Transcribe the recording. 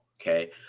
okay